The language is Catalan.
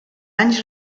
anys